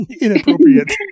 inappropriate